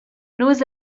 nus